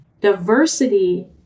Diversity